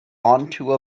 onto